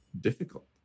Difficult